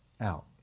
out